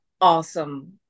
Awesome